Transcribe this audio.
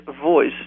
voice